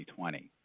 2020